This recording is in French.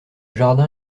jardin